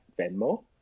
Venmo